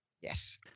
Yes